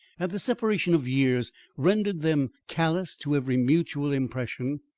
had the separation of years rendered them callous to every mutual impression?